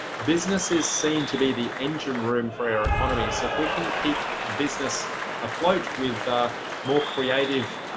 businesses seem to be the engine room for our economy, so if we can keep business afloat with more creative